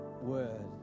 word